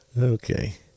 Okay